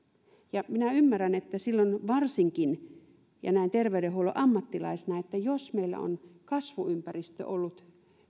minä ymmärrän että silloin varsinkin ja näin terveydenhuollon ammattilaisena jos meillä on kasvuympäristö ollut